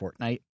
Fortnite